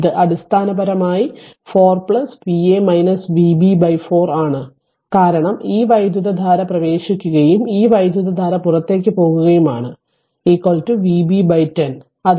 ഇത് അടിസ്ഥാനപരമായി 4 Va Vb 4 ആണ് കാരണം ഈ വൈദ്യുതധാര പ്രവേശിക്കുകയും ഈ വൈദ്യുതധാര പുറത്തേക്കു പോകുകയാണ് V b 10